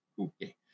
Okay